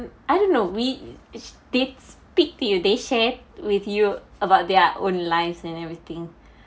I didn't know we they speak to you they share with you about their own lives and everything